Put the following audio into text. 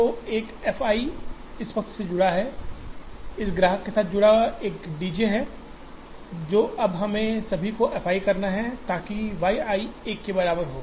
तो एक f i इस पक्ष से जुड़ा हुआ है इस ग्राहक के साथ जुड़ा हुआ एक D j है जो अब हमें सभी को f i करना है ताकि yi 1 के बराबर हो